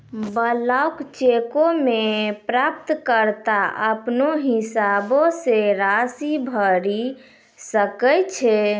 blank चेको मे प्राप्तकर्ता अपनो हिसाबो से राशि भरि सकै छै